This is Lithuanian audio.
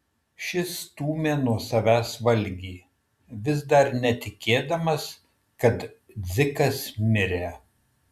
šis stūmė nuo savęs valgį vis dar netikėdamas kad dzikas mirė